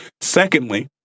Secondly